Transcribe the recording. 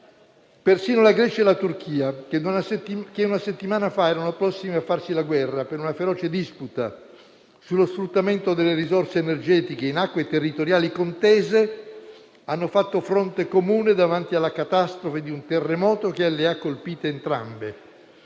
persino la Grecia la Turchia, che una settimana fa erano prossime a farsi la guerra per una feroce disputa sullo sfruttamento delle risorse energetiche in acque territoriali contese, hanno fatto fronte comune davanti alla catastrofe di un terremoto che ha colpito entrambe.